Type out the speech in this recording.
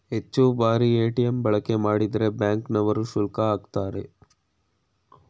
ಹೆಚ್ಚು ಬಾರಿ ಎ.ಟಿ.ಎಂ ಬಳಕೆ ಮಾಡಿದ್ರೆ ಬ್ಯಾಂಕ್ ನವರು ಶುಲ್ಕ ಆಕ್ತರೆ